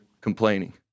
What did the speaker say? complaining